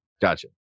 Gotcha